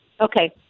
Okay